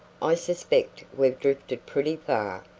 i suspect we've drifted pretty far.